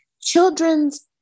children's